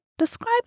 Describe